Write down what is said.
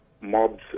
mobs